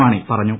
മാണി പറഞ്ഞു